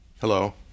Hello